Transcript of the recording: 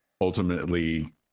Ultimately